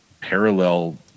parallel